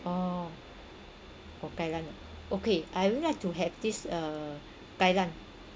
oh oh kai lan ah okay I would like to have this uh kai lan